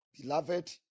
Beloved